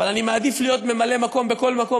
אבל אני מעדיף להיות ממלא-מקום בכל מקום